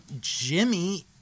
Jimmy